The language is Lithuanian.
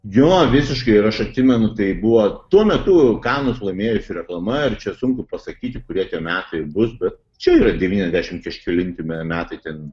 jo visiškai ir aš atsimenu tai buvo tuo metu kanus laimėjusi reklama ir čia sunku pasakyti kurie tie metai bus bet čia yra devyniasdešimt kažkelinti me metai ten